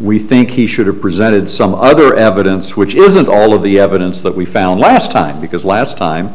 we think he should have presented some other evidence which isn't all of the evidence that we found last time because last time